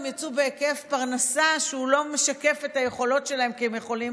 הם יצאו בהיקף פרנסה שלא משקף את היכולות שלהם כי הם יכולים